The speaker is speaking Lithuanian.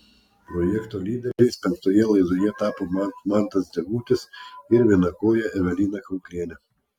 projekto lyderiais penktoje laidoje tapo mantas degutis ir vienakojė evelina kauklienė